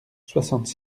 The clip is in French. soixante